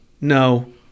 No